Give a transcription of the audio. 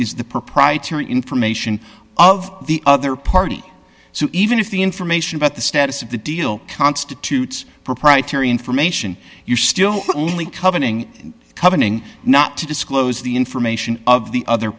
disclose the proprietary information of the other party so even if the information about the status of the deal constitutes proprietary information you still only coveting covenant not to disclose the information of the other